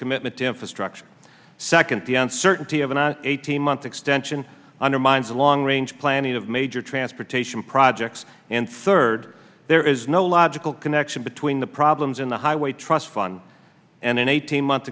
commitment to infrastructure second the uncertainty of an eighteen month extension undermines the long range planning of major transportation projects and third there is no logical connection between the problems in the highway trust fund and an eighteen month